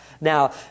Now